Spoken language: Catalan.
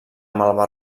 malva